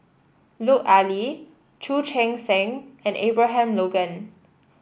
Lut Ali Chu Chee Seng and Abraham Logan